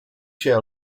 się